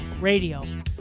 Radio